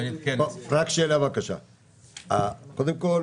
קודם כל,